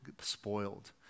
spoiled